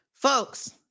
Folks